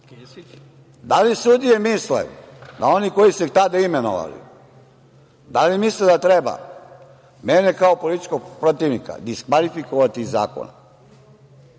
Da li sudije misle da oni koji su ih tada imenovali, da li misle da treba mene kao političkog protivnika diskvalifikovati iz zakona?